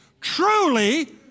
Truly